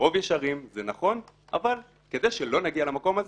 הרוב ישרים, זה נכון, אבל כדי שלא נגיע למקום הזה,